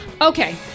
Okay